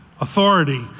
authority